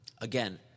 Again